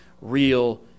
real